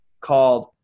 called